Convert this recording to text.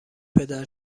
پدر